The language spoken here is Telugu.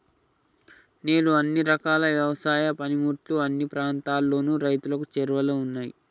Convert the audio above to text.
నేడు అన్ని రకాల యవసాయ పనిముట్లు అన్ని ప్రాంతాలలోను రైతులకు చేరువలో ఉన్నాయి